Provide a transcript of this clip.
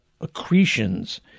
accretions